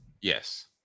yes